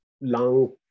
long